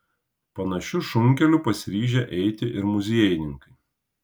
panašiu šunkeliu pasiryžę eiti ir muziejininkai